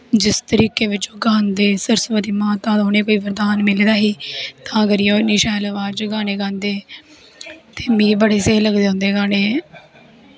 जिस तरीके बिच्च ओह् गांदे सरस्वती माता दा उनें कोई वरधान मिले दा हा तां करियै ओह् इन्नी शैल अवाज़ च गानें गांदे ते मिगी बड़े स्हेई लगदे उंदे गानें